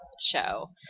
show